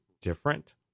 different